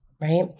right